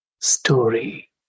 story